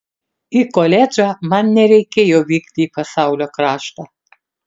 į koledžą man nereikėjo vykti į pasaulio kraštą